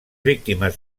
víctimes